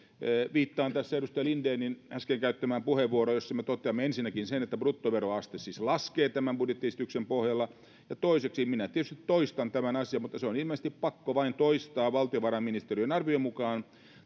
viittaan tässä edustaja lindenin äsken käyttämään puheenvuoroon jossa me toteamme ensinnäkin sen että bruttoveroaste siis laskee tämän budjettiesityksen pohjalta ja toiseksi minä tietysti toistan tämän asian mutta se on ilmeisesti pakko vain toistaa valtiovarainministeriön arvion mukaan